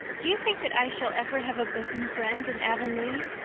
do you think that i shall ever have a bosom friend in avonlea?